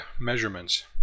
Measurements